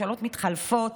ממשלות מתחלפות,